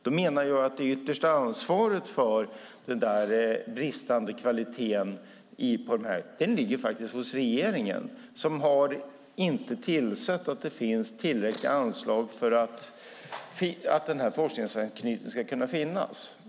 Jag menar att det yttersta ansvaret för den bristande kvaliteten ligger hos regeringen som inte har sett till att det finns tillräckliga anslag för att forskningsanknytning ska kunna finnas.